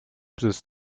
besitzt